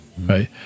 Right